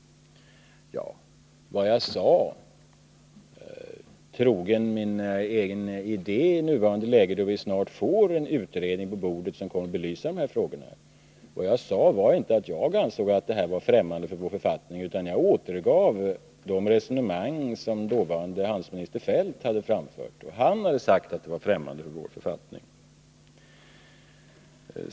Vad jag sade — trogen min egen idé i nuvarande läge då vi snart får en utredning på bordet som kommer att belysa dessa frågor — var inte att jag ansåg att det var främmande för vår författning att ha en sådan nämnd, utan jag återgav de resonemang som dåvarande handelsministern Feldt hade fört. Han hade sagt att det var främmande för vår författning.